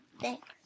thanks